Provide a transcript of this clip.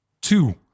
two